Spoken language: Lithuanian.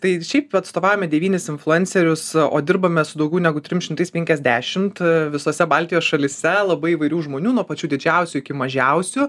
tai šiaip atstovaujame devynis influencerius o dirbame su daugiau negu trim šimtais penkiasdešimt visose baltijos šalyse labai įvairių žmonių nuo pačių didžiausių iki mažiausių